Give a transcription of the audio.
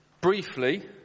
briefly